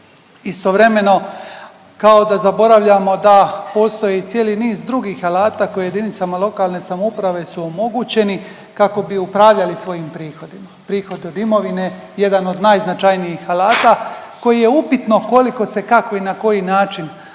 Istovremeno kao da zaboravljamo da postoji cijeli niz drugih alata koje jedinicama lokalne samouprave su omogućeni kako bi upravljali svojim prihodima. Prihodi od imovine, jedan od najznačajnijih alata koji je upitno koliko se, kako i na koji način